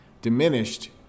diminished